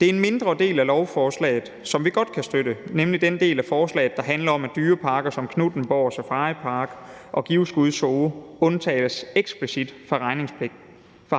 Der er en mindre i del af lovforslaget, som vi godt kan støtte, nemlig den del af forslaget, der handler om, at dyreparker som Knuthenborg Safaripark og Givskud Zoo undtages eksplicit fra